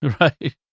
right